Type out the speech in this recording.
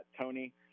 Tony